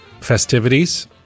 festivities